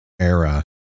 era